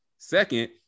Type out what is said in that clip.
Second